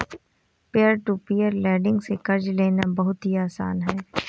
peer to peer lending से कर्ज लेना बहुत ही आसान है